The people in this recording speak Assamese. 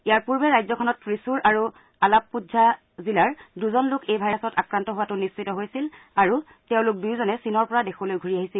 ইয়াৰ পূৰ্বে ৰাজ্যখনত ত্ৰিশুৰ আৰু আলাপ্পুঝা জিলাৰ দুজন লোক এই ভাইৰাছত আক্ৰান্ত হোৱাটো নিশ্চিত হৈছিল আৰু তেওঁলোক দুয়োজনে চীনৰ পৰা দেশলৈ ঘূৰি আহিছিল